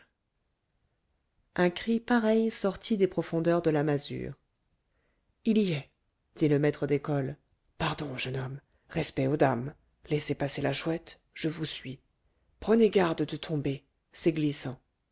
un cri pareil sortit des profondeurs de la masure il y est dit le maître d'école pardon jeune homme respect aux dames laissez passer la chouette je vous suis prenez garde de tomber c'est glissant